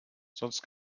sonst